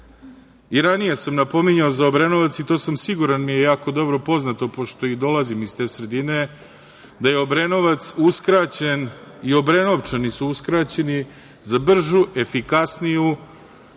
Ranije sam napominjao za Obrenovac i to sam siguran, mi je jako dobro poznato, pošto i dolazim iz te sredine, da je Obrenovac uskraćen i Obrenovčani su uskraćeni za bržu, efikasniju